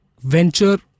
venture